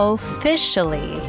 Officially